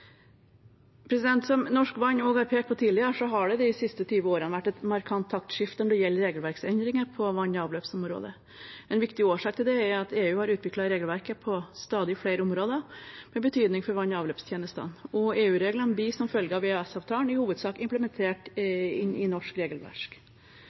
Som Norsk Vann også har pekt på tidligere, har det de siste 20 årene vært et markant taktskifte når det gjelder regelverksendringer på vann- og avløpsområdet. En viktig årsak til det er at EU har utviklet regelverk på stadig flere områder, med betydning for vann- og avløpstjenestene, og EU-reglene blir som følge av EØS-avtalen i hovedsak implementert